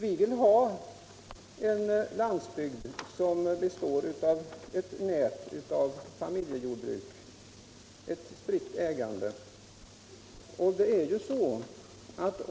Vi vill ha en landsbygd som består av ett nät av familjejordbruk, ett spritt ägande.